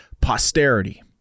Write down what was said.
posterity